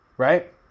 Right